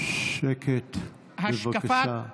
שקט, בבקשה.